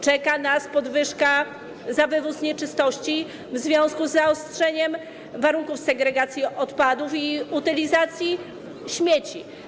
Czeka nas podwyżka za wywóz nieczystości w związku z zaostrzeniem warunków segregacji odpadów i utylizacji śmieci.